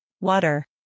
water